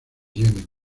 yemen